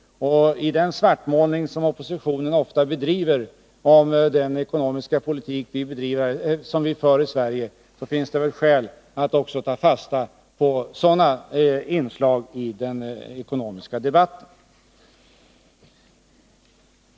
I den svartmålning som oppositionen ofta bedriver om den ekonomiska politik vi för i Sverige finns det skäl att också ta fasta på sådana inslag i den ekonomiska debatten.